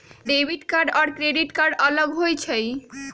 Debit card या credit card अलग होईछ ई?